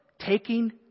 taking